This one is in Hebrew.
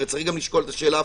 צריך לשקול את השאלה,